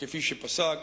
כפי שפסק.